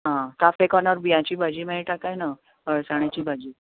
आं cafe corner बियांची भाजी मेळटा काय ना अळसाण्याची भाजी